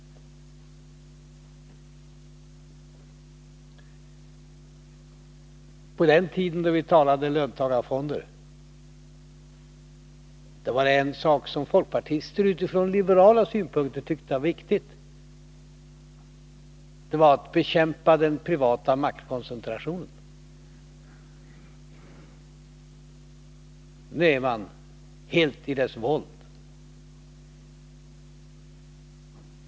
På den tid då vi talade om löntagarfonder var det en sak som folkpartisterna utifrån liberala synpunkter tyckte var viktig: att bekämpa den privata maktkoncentrationen. Nu är man helt i dess våld.